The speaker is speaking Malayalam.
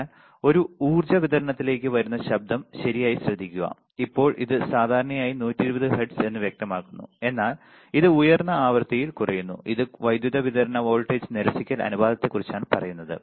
അതിനാൽ ഒരു ഊർജ്ജ വിതരണത്തിലേക്ക് വരുന്ന ശബ്ദം ശരിയായി ശ്രദ്ധിക്കുക ഇപ്പോൾ ഇത് സാധാരണയായി 120 ഹെർട്സ് എന്ന് വ്യക്തമാക്കുന്നു എന്നാൽ ഇത് ഉയർന്ന ആവൃത്തിയിൽ കുറയുന്നു ഇത് വൈദ്യുതി വിതരണ വോൾട്ടേജ് നിരസിക്കൽ അനുപാതത്തെക്കുറിച്ചാണ് പറയുന്നത്